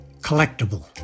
collectible